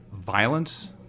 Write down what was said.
violence